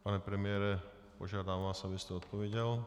Pane premiére, požádám vás, abyste odpověděl.